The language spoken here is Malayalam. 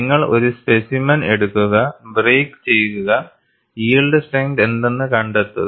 നിങ്ങൾ ഒരു സ്പെസിമെൻ എടുക്കുക ബ്രേക്ക് ചെയ്യുക യിൽഡ് സ്ട്രെങ്ത് എന്തെന്ന് കണ്ടെത്തുക